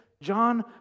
John